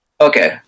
Okay